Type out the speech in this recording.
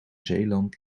zeeland